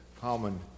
common